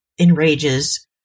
enrages